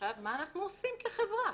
מה אנחנו עושים כחברה?